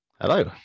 Hello